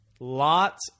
Lots